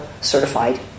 certified